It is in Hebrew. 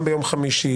גם ביום חמישי,